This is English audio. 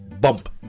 Bump